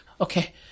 Okay